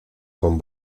con